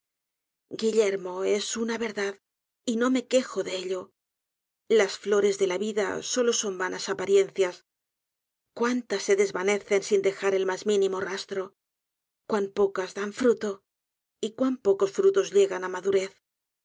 guillermo es una verdad y no me quejo de ello las flores de la vida solo son vanas apariencias cuántas se desvanecen sin dejar el mas minimo rastro cuan pocas dan fruto y cuan pocos frutos llegan á madurez